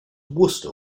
wooster